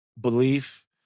belief